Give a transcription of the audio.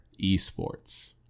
esports